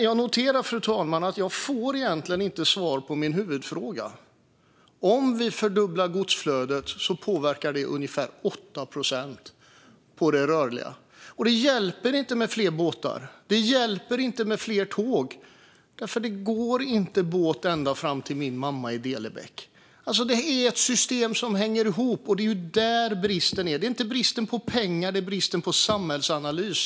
Jag noterar att jag inte får svar på min huvudfråga. Om vi fördubblar godsflödet påverkar det ungefär 8 procent på det rörliga. Det hjälper inte med fler båtar eller fler tåg, för det går inte båt ända fram till min mamma i Delebäck. Det är ett system som hänger ihop, och det är där bristen är. Det handlar inte om brist på pengar utan brist på samhällsanalys.